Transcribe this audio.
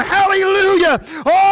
Hallelujah